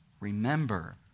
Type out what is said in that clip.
Remember